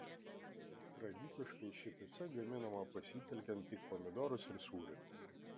tradiciškai ši pica gaminama pasitelkiant tik pomidorus ir sūrį